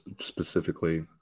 specifically